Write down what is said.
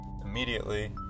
immediately